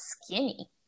skinny